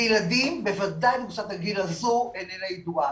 בילדים, בוודאי בקבוצת הגיל הזאת, איננה ידועה.